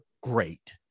Great